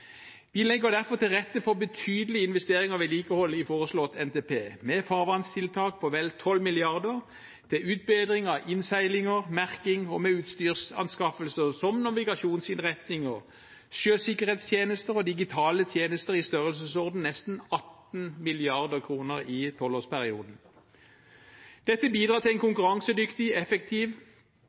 Vi legger derfor til rette for betydelige investeringer og vedlikehold i foreslått NTP, med farvannstiltak for vel 12 mrd. kr, med utbedring av innseilinger og merking og med utstyrsanskaffelser, som navigasjonsinnretninger, sjøsikkerhetstjenester og digitale tjenester i størrelsesorden nesten 18 mrd. kr i tolvårsperioden. Dette bidrar til en konkurransedyktig, effektiv